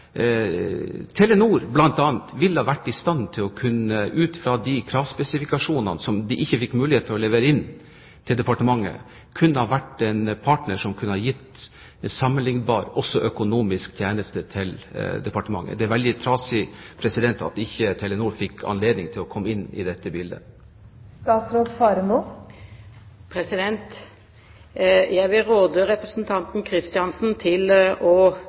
Telenor, bl.a. ut fra de kravspesifikasjonene som de ikke fikk mulighet til å levere inn til departementet, kunne ha vært en partner som også kunne ha gitt sammenlignbar økonomisk tjeneste til departementet. Det er veldig trasig at Telenor ikke fikk anledning til å komme inn i bildet. Jeg vil råde representanten Kristiansen til å